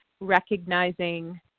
recognizing